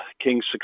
Kings